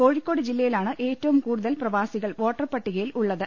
കോഴി ക്കോട് ജില്ലയിലാണ് ഏറ്റവും കൂടുതൽ പ്രവാസികൾ വോട്ടർ പട്ടികയിൽ ഉള്ളത്